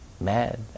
Mad